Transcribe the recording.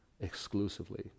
exclusively